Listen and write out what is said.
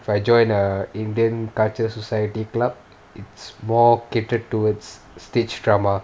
if I join a indian culture society club it's more catered towards stage drama